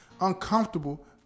uncomfortable